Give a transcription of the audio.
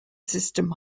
system